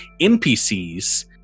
NPCs